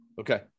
okay